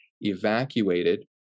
evacuated